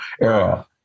era